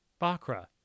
Bakra